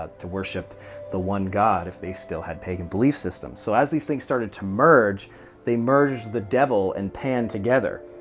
ah to worship the one god if they still had these pagan belief systems. so as these things started to merge they merged the devil and pan together,